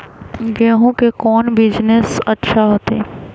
गेंहू के कौन बिजनेस अच्छा होतई?